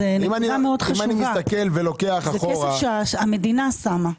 זה כסף שהמדינה ששמה.